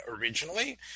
originally